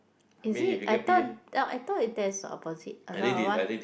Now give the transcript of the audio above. is it I thought I thought that's opposite a lot